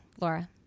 Laura